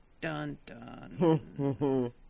Dun-dun